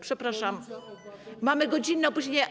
Przepraszam, mamy godzinne opóźnienie.